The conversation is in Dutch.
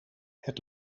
het